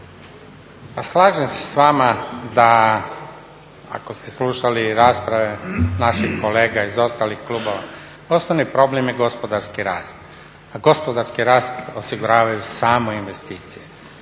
Slažem se s vama da, ako ste slušali i rasprave naših kolega iz ostalih klubova, osnovni problem je gospodarski rast, a gospodarski rast osiguravaju samo investicije.